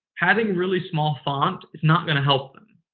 having really small font is not going to help them.